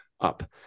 up